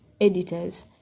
editors